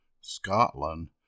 Scotland